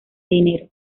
dinero